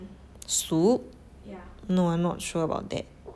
soup no not sure about that